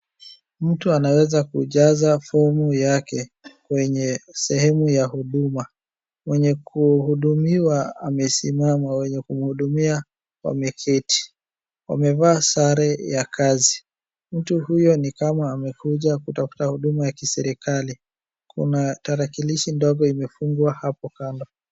Mtu anaweza kujaza fomu yake kwenye sehemu ya huduma, mwenye kuhudumiwa amesimama wenye kumhudumia wameketi, wamevaa sare ya kazi, mtu huyo ni kama amekuja kutafuta huduma ya kiserikali. Kuna tarakilishi ndogo imefungwa hapo kando.